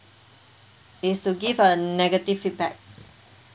is to give a negative feedback